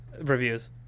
Reviews